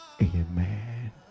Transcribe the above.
Amen